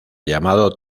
llamado